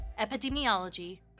Epidemiology